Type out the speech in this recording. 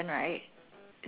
it's nine thirty [what]